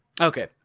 Okay